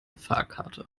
fahrkarte